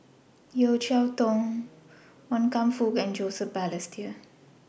Yeo Cheow Tong Wan Kam Fook and Joseph Balestier